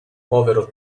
povero